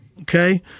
Okay